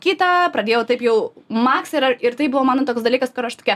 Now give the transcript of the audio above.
kitą pradėjau taip jau maks ir ar ir tai buvo mano toks dalykas kur aš tokia